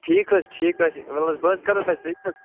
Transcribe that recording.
ٹھیٖک حظ چھُ ٹھیٖک حظ چھُ وَلہٕ حظ بہٕ حظ کَرو تۄہہِ تتہِٕ پٮ۪ٹھٕ